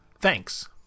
Thanks